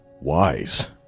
wise